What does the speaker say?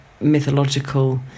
mythological